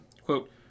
quote